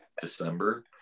December